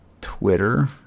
Twitter